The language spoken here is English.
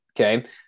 Okay